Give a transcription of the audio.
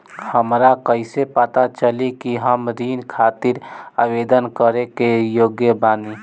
हमरा कईसे पता चली कि हम ऋण खातिर आवेदन करे के योग्य बानी?